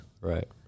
Right